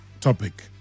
topic